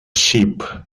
sheep